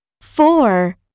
four